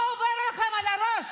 מה עובר לכם בראש?